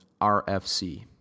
RFC